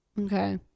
okay